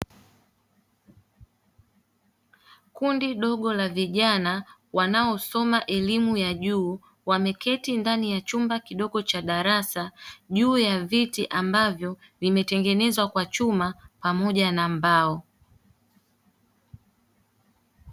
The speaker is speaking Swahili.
Kundi dogo la vijana, wanaosoma elimu ya juu wameketi ndani ya chumba kidogo cha darasa, juu ya viti ambavyo vimetengenezwa kwa chuma pamoja na mbao.